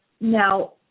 Now